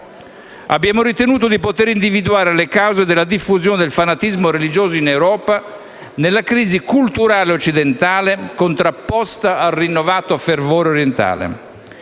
abbiamo ritenuto di poter individuare le cause della diffusione del fanatismo religioso in Europa nella crisi culturale occidentale contrapposta al rinnovato fervore orientale,